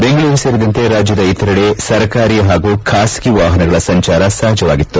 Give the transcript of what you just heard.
ಬೆಂಗಳೂರು ಸೇರಿದಂತೆ ರಾಜ್ಯದ ಇತರೆಡೆ ಸರ್ಕಾರಿ ಹಾಗೂ ಬಾಸಗಿ ವಾಹನಗಳ ಸಂಚಾರ ಸಹಜವಾಗಿತ್ತು